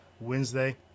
wednesday